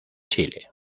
chile